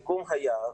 הסיכום היה,